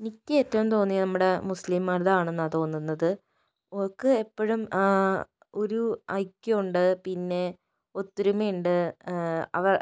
എനിക്ക് ഏറ്റവും തോന്നിയത് നമ്മുടെ മുസ്ലിം മതമാണെന്നാണ് തോന്നുന്നത് ഓർക്ക് എപ്പോഴും ഒരു ഐക്യമുണ്ട് പിന്നെ ഒത്തൊരുമയുണ്ട്